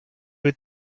you